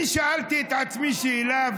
אני שאלתי את עצמי שאלה,